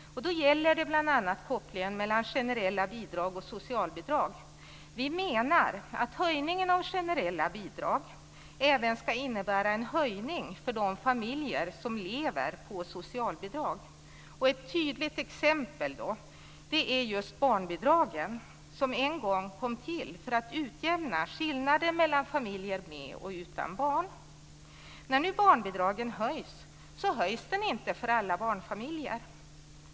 Det gäller bl.a. kopplingen mellan generella bidrag och socialbidrag. Vi menar att höjningen av generella bidrag även ska innebära en höjning för de familjer som lever på socialbidrag. Ett tydligt exempel är just barnbidragen, som en gång kom till för att utjämna skillnader för familjer med och utan barn. När nu barnbidragen höjs så höjs de inte för alla barnfamiljer.